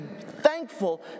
thankful